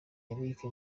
eric